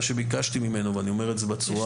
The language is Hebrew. מה שביקשתי ממנו ואני אומר את זה בצורה